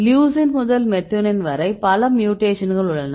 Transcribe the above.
leucine முதல் methionine வரை பல மியூடேக்ஷன்கள் உள்ளன